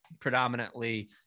predominantly